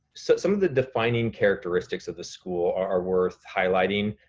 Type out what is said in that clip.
so some of the defining characteristics of the school are worth highlighting.